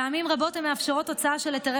פעמים רבות הן מאפשרות הוצאה של היתרי